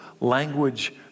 language